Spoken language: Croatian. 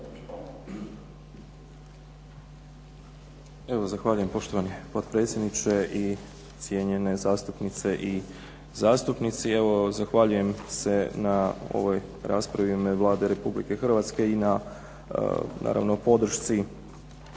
Zahvaljujem. Poštovani gospodine potpredsjedniče, cijenjene zastupnice i zastupnici. Zahvaljujem se na ovoj raspravi u ime Vlade Republike Hrvatske i na naravno podršci